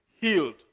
healed